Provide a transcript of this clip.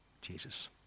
Jesus